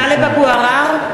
(קוראת בשמות חברי הכנסת) טלב אבו עראר,